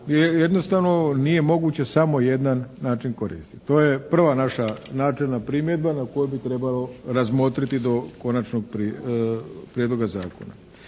jednostavno nije moguće samo jedan način koristiti. To je prva naša načelna primjedba na koju bi trebalo razmotriti do konačnog prijedloga zakona.